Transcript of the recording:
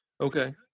Okay